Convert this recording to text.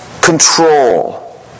control